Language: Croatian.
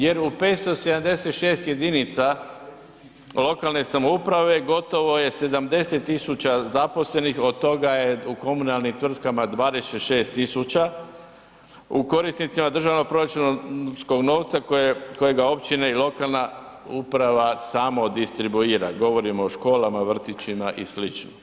Jer u 576 jedinica lokalne samouprave gotovo je 70.000 zaposlenih od toga je u komunalnim tvrtkama 26.000, u korisnicima državnog proračunskog novca kojega općine i lokalna uprava samo distribuira, govorimo o školama, vrtićima i sl.